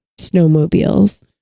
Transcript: snowmobiles